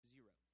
Zero